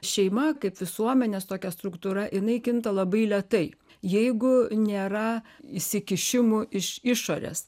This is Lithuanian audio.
šeima kaip visuomenės tokia struktūra jinai kinta labai lėtai jeigu nėra įsikišimų iš išorės